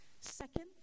Second